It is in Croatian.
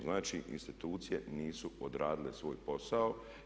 Znači institucije nisu odradile svoj posao.